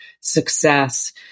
success